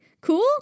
Cool